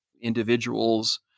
individuals